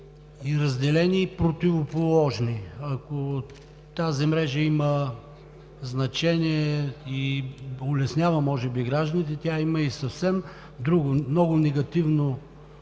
и разделени, и противоположни. Ако тази мрежа има значение и улеснява може би гражданите, тя има и съвсем друго, много негативно